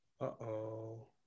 Uh-oh